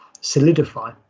solidify